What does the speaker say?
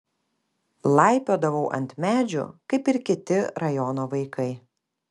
laipiodavau ant medžių kaip ir kiti rajono vaikai